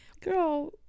girl